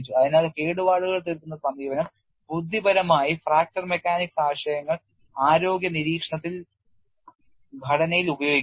അതിനാൽ കേടുപാടുകൾ തീർക്കുന്ന സമീപനം ബുദ്ധിപരമായി ഫ്രാക്ചർ മെക്കാനിക്സ് ആശയങ്ങൾ ആരോഗ്യ നിരീക്ഷണത്തിൽ ഘടനയിൽ ഉപയോഗിക്കുന്നു